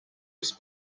his